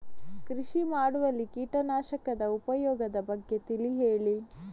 ಕೃಷಿ ಮಾಡುವಲ್ಲಿ ಕೀಟನಾಶಕದ ಉಪಯೋಗದ ಬಗ್ಗೆ ತಿಳಿ ಹೇಳಿ